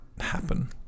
happen